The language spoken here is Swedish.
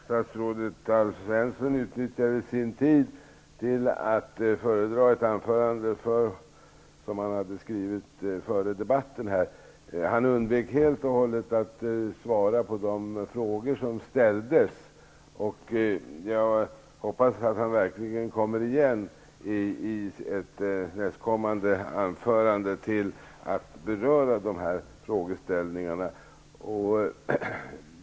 Herr talman! Statsrådet Alf Svensson utnyttjade sin tid till att föredra ett anförande som han hade skrivit före debatten. Han undvek helt och hållet att svara på de frågor som ställdes. Jag hoppas att han i ett kommande anförande verkligen kommer igen och berör frågeställningarna.